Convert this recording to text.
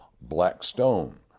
Blackstone